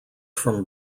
from